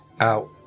out